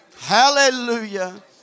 Hallelujah